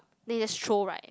then he just throw right